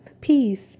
peace